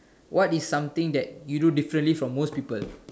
what is something that you do differently from most people